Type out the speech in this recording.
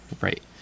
right